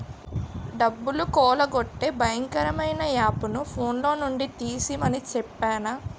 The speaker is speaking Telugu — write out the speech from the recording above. డబ్బులు కొల్లగొట్టే భయంకరమైన యాపుని ఫోన్లో నుండి తీసిమని చెప్పేనా